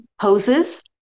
poses